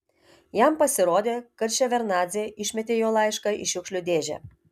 jam pasirodė kad ševardnadzė išmetė jo laišką į šiukšlių dėžę